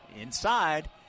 Inside